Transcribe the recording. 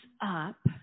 up